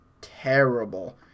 terrible